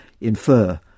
infer